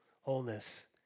wholeness